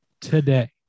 today